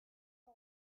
the